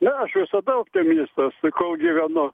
ne aš visada optimistas kol gyvenu